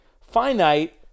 Finite